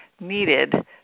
needed